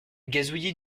gazouillis